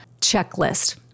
checklist